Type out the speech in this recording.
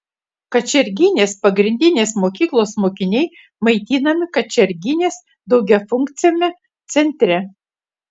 kačerginės pagrindinės mokyklos mokiniai maitinami kačerginės daugiafunkciame centre